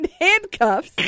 handcuffs